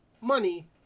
money